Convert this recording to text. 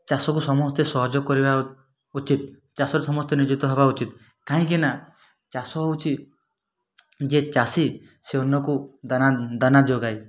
ଚାଷକୁ ସମସ୍ତେ ସହଯୋଗ କରିବା ଉଚିତ୍ ଚାଷରେ ସମସ୍ତେ ନିୟୋଜିତ ହେବା ଉଚିତ୍ କାହିଁକି ନା ଚାଷ ହଉଛି ଯେ ଚାଷୀ ସେ ଅନ୍ୟକୁ ଦାନା ଦାନା ଯୋଗାଏ